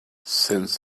since